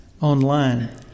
online